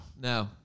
No